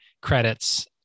credits